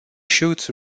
shoots